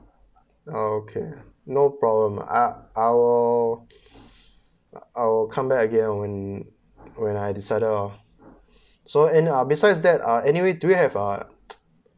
okay no problem I I will I will come back again uh when when I decided uh so and uh besides that uh anyway do you have uh